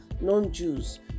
non-Jews